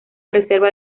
reserva